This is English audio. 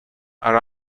are